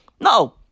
no